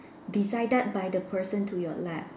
decided by the person to your left